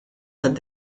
tad